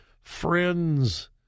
friends